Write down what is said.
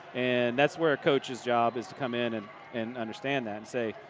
and that's where a coach's job is to come in and and understand that and say,